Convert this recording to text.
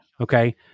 Okay